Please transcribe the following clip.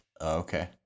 okay